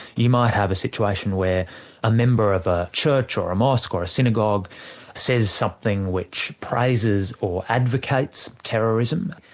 you might have a situation where a member of a church church or a mosque or a synagogue says something which praises or advocates terrorism,